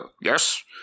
yes